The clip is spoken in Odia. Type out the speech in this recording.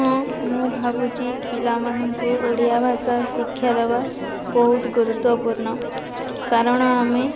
ହଁ ମୁଁ ଭାବୁଛି ପିଲାମାନଙ୍କୁ ଓଡ଼ିଆ ଭାଷା ଶିକ୍ଷା ଦେବା ବହୁତ ଗୁରୁତ୍ୱପୂର୍ଣ୍ଣ କାରଣ ଆମେ